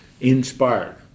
Inspired